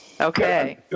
Okay